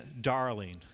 darling